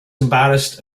embarrassed